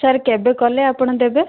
sir କେବେ କଲେ ଆପଣ ଦେବେ